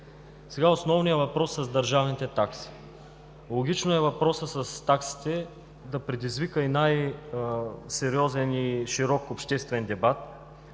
Основният въпрос с държавните такси. Логично е въпросът с таксите да предизвика и най-сериозен и широк обществен дебат.